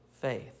faith